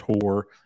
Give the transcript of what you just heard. tour